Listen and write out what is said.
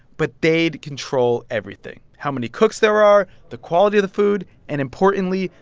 but they'd control everything how many cooks there are, the quality of the food and, importantly,